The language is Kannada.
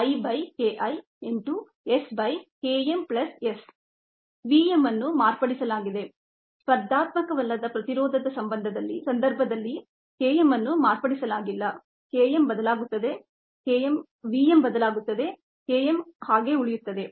V m ಅನ್ನು ಮಾರ್ಪಡಿಸಲಾಗಿದೆ ಸ್ಪರ್ಧಾತ್ಮಕವಲ್ಲದ ಪ್ರತಿರೋಧದ ಸಂದರ್ಭದಲ್ಲಿ K m ಅನ್ನು ಮಾರ್ಪಡಿಸಲಾಗಿಲ್ಲ V m ಬದಲಾಗುತ್ತದೆ K m ಹಾಗೆ ಉಳಿಯುತ್ತದೆ